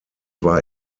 war